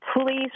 Please